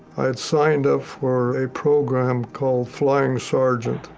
i'd signed up for a program called flying sergeant.